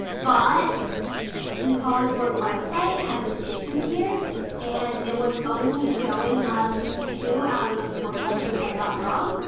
but the college board website has an issue here and it was only showing us two out of the four questions i got wrong.